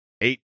eight